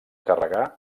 carregar